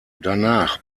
danach